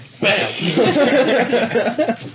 bam